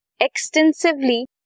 extensively